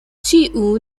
tiu